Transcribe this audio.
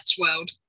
world